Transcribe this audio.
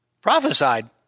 prophesied